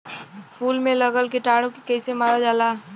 फूल में लगल कीटाणु के कैसे मारल जाला?